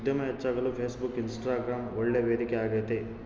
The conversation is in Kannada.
ಉದ್ಯಮ ಹೆಚ್ಚಾಗಲು ಫೇಸ್ಬುಕ್, ಇನ್ಸ್ಟಗ್ರಾಂ ಒಳ್ಳೆ ವೇದಿಕೆ ಆಗೈತೆ